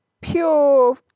pure